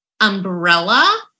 umbrella